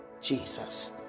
Jesus